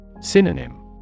Synonym